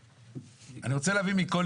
תומר, נתחיל